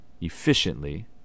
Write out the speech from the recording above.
efficiently